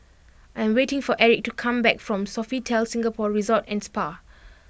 I am waiting for Erik to come back from Sofitel Singapore Resort and Spa